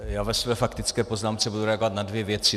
Já ve své faktické poznámce budu reagovat na dvě věci.